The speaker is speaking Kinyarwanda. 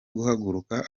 guhaguruka